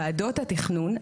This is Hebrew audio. ועדות התכנון,